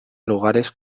lugares